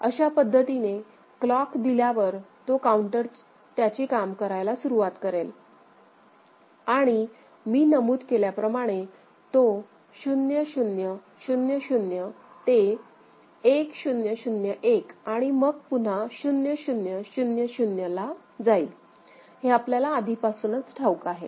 अशा पद्धतीने क्लॉक दिल्यावर तो काऊंटर त्याचे काम करायला सुरुवात करेल आणि मी नमूद केल्याप्रमाणे तो 0 0 0 0 ते 1 0 0 1 आणि मग पुन्हा 0 0 0 0ला जाईल हे आपल्याला आधीपासूनच ठाऊक आहे